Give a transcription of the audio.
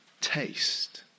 Taste